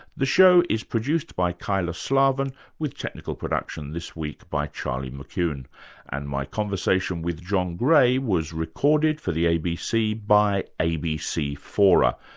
the show is produced by kyla slaven with technical production this week by charlie mccune and my conversation with john gray was recorded for the abc by abc fora.